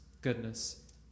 goodness